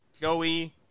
Joey